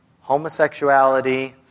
homosexuality